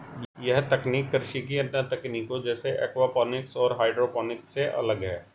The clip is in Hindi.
यह तकनीक कृषि की अन्य तकनीकों जैसे एक्वापॉनिक्स और हाइड्रोपोनिक्स से अलग है